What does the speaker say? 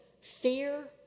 fear